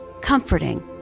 comforting